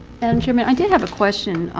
and chairman, i did have a question.